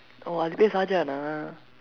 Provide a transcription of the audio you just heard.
oh அது பெயரு சாஜஹான்னா:athu peyaru saajahaannaa